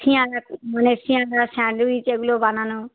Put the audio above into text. সিঙারা মানে সিঙারা স্যান্ডউইচ এগুলো বানানো